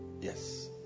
Yes